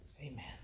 Amen